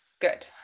good